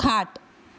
खाट